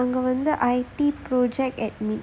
அங்க வந்து:anga vanthu I_T project administration